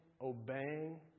obeying